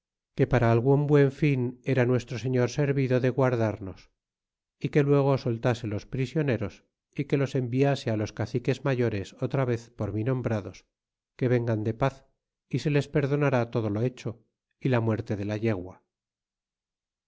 que para algun buen fin era nuestro señor servido de guardarnos y que luego soltase los prisioneros y que los enviase los caciques mayores otra vez por mí nombrados que vengan de paz é se les perdonará todo lo hecho y la muerte de la yegua